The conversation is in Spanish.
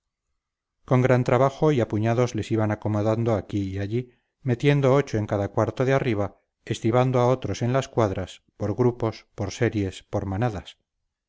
con gran trabajo y a puñados les iban acomodando aquí y allí metiendo ocho en cada cuarto de arriba estibando a otros en las cuadras por grupos por series por manadas